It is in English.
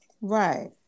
Right